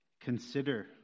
consider